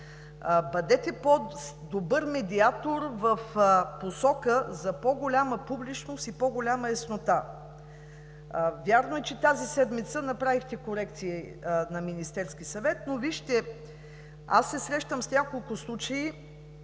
бъдете по-добър медиатор в посока за по-голяма публичност и по-голяма яснота. Вярно е, че тази седмица на Министерски съвет направихте корекции, но вижте, аз се срещам с няколко случая,